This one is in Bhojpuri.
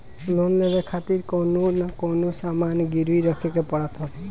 लोन लेवे खातिर कवनो न कवनो सामान गिरवी रखे के पड़त हवे